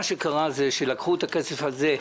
מה שקרה הוא שלקחו את הכסף הזה,